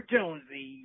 Jonesy